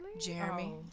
Jeremy